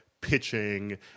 pitching